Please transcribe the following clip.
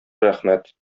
рәхмәт